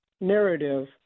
narrative